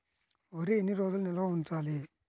వరి ఎన్ని రోజులు నిల్వ ఉంచాలి?